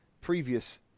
previous